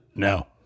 No